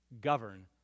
govern